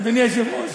אדוני היושב-ראש,